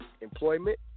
employment